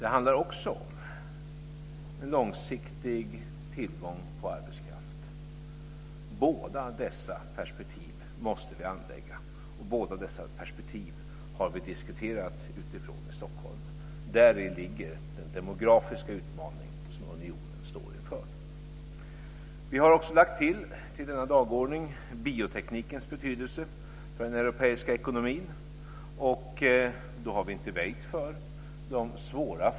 Det handlar också om en långsiktig tillgång på arbetskraft. Båda dessa perspektiv måste vi anlägga, och båda dessa pespektiv har vi diskuterat ifrån i Stockholm. Däri ligger den demografiska utmaning som unionen står inför.